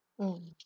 mm